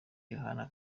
yohana